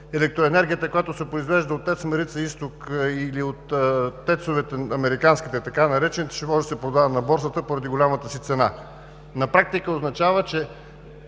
електроенергията, която се произвежда от ТЕЦ „Марица изток“ или от ТЕЦ-овете, американските, така наречените, ще може да се продава на борсата поради голямата си цена. На практика означава, че